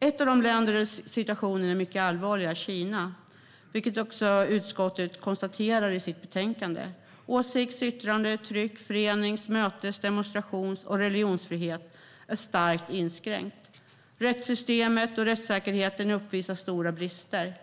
Ett av de länder där situationen är mycket allvarlig är Kina, vilket också utskottet konstaterar i sitt betänkande. Åsikts, yttrande, tryck, förenings, mötes, demonstrations och religionsfriheterna är starkt inskränkta. Rättssystemet och rättssäkerheten uppvisar stora brister.